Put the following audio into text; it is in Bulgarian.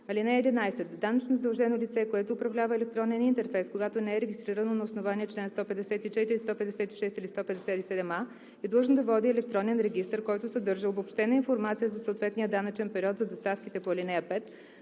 (11) Данъчно задължено лице, което управлява електронен интерфейс, когато не е регистрирано на основание чл. 154, 156 или 157а, е длъжно да води електронен регистър, който съдържа обобщена информация за съответния данъчен период за доставките по ал. 5,